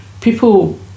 people